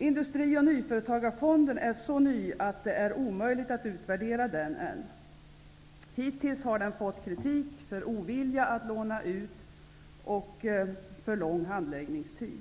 Industri och nyföretagarfonden är så ny att det är omöjligt att nu utvärdera den. Hittills har den fått kritik för ovilja att låna ut och för lång handläggningstid.